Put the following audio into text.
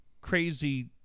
crazy